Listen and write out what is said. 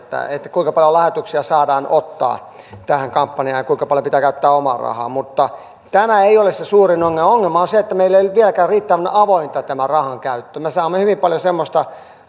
kuinka paljon lahjoituksia saadaan ottaa tähän kampanjaan ja kuinka paljon pitää käyttää omaa rahaa mutta tämä ei ole se suurin ongelma ongelma on se että meillä ei ole vieläkään riittävän avointa tämä rahankäyttö me saamme hyvin paljon semmoisia